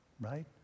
right